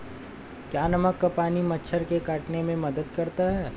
क्या नमक का पानी मच्छर के काटने में मदद करता है?